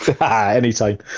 Anytime